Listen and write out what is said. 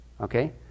Okay